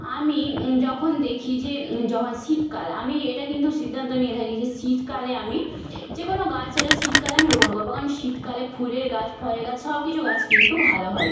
আমি যখন দেখি যে যখন শীতকাল আমি এটা কিন্তু সিদ্ধান্ত নিয়ে থাকি যে শীতকালে আমি যে কোনও গাছ সেটা শীতকালে আমি রোপণ করবো কারণ শীতকালে ফুলের গাছ ফলের গাছ সব কিছু গাছ কিন্তু ভালো হয়